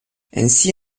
ainsi